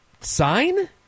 sign